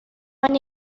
نمی